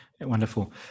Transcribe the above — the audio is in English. Wonderful